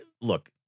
look